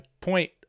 point